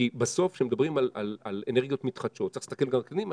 כי בסוף כשמדברים על אנרגיות מתחדשות צריך להסתכל גם קדימה,